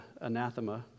anathema